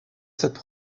cette